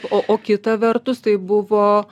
o o kita vertus tai buvo